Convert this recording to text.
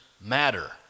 matter